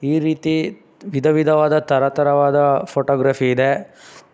ಈ ರೀತಿ ವಿಧ ವಿಧವಾದ ತರ ತರವಾದ ಫೋಟೋಗ್ರಫಿ ಇದೆ